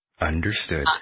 Understood